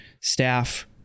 staff